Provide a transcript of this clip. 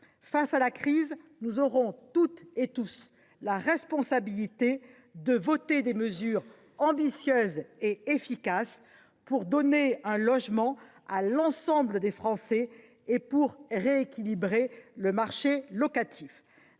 Face à la crise, nous aurons la responsabilité de voter des mesures ambitieuses et efficaces pour donner un logement à l’ensemble des Français et pour rééquilibrer le marché locatif.